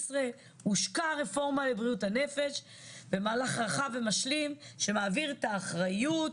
הושקה רפורמה לבריאות הנפש במהלך רחב ומשלים שמעביר את האחריות